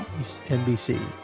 NBC